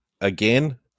again